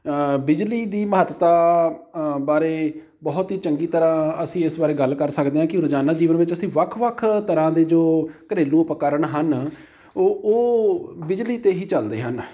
ਬਿਜਲੀ ਦੀ ਮਹੱਤਤਾ ਬਾਰੇ ਬਹੁਤ ਹੀ ਚੰਗੀ ਤਰ੍ਹਾਂ ਅਸੀਂ ਇਸ ਬਾਰੇ ਗੱਲ ਕਰ ਸਕਦੇ ਹਾਂ ਕਿ ਰੋਜ਼ਾਨਾ ਜੀਵਨ ਵਿੱਚ ਅਸੀਂ ਵੱਖ ਵੱਖ ਤਰ੍ਹਾਂ ਦੇ ਜੋ ਘਰੇਲੂ ਉਪਕਰਨ ਹਨ ਉਹ ਉਹ ਬਿਜਲੀ 'ਤੇ ਹੀ ਚੱਲਦੇ ਹਨ